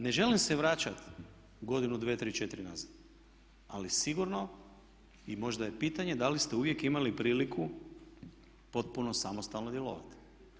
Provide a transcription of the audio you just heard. Ne želim se vraćati godinu, dvije, tri, četiri nazad ali sigurno i možda je pitanje da li ste uvijek imali priliku potpuno samostalno djelovati.